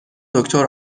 دکتر